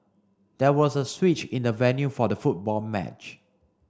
there was a switch in the venue for the football match